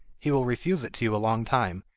he will refuse it to you a long time,